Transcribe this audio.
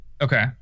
Okay